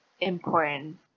important